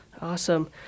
awesome